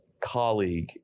colleague